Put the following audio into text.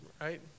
Right